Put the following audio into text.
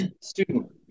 student